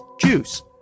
Juice